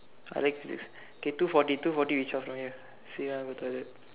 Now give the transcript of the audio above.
I like physics okay two forty two forty we zhao from here say lah want to go toilet